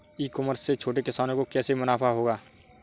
ई commerce से छोटे किसानों को कैसे मुनाफा होगा?